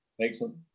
Excellent